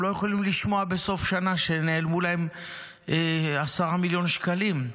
הם לא יכולים לשמוע בסוף שנה שנעלמו להם 10 מיליון שקלים.